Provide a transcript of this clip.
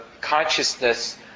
consciousness